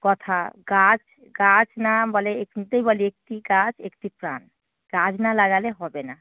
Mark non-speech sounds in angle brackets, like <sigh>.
কথা গাছ গাছ না বলে <unintelligible> বলে একটি গাছ একটি প্রাণ গাছ না লাগালে হবে না